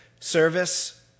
Service